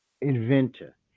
inventor